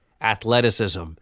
athleticism